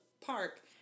park